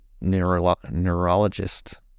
neurologist